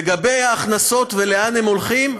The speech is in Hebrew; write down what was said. לגבי ההכנסות ולאן הם הולכות,